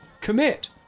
commit